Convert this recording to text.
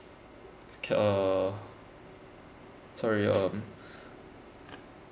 can uh sorry um